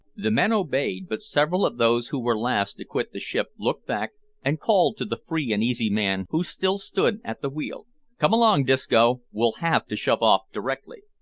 the men obeyed, but several of those who were last to quit the ship looked back and called to the free-and-easy man who still stood at the wheel come along, disco we'll have to shove off directly.